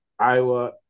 Iowa